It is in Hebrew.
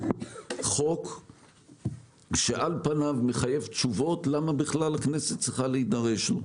חוק שעל פניו מחייב תשובות למה הכנסת בכלל צריכה להידרש לו.